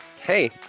Hey